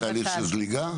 היה איזה תהליך של זליגה?